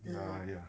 ya lah ya